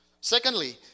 Secondly